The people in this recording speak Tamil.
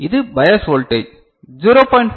இது பையஸ் வோல்டேஜ் 0